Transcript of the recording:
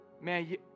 Man